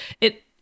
it-